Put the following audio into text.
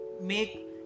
make